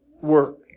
work